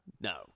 No